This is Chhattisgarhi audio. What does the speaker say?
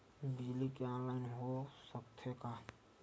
बिजली के ऑनलाइन हो सकथे का?